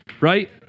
Right